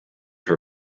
for